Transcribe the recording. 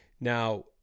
now